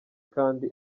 kandi